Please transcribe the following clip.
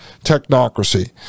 technocracy